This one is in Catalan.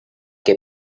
que